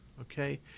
okay